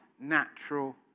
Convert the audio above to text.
natural